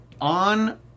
on